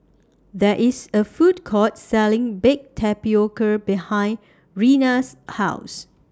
There IS A Food Court Selling Baked Tapioca behind Reina's House